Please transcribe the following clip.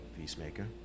Peacemaker